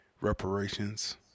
reparations